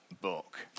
book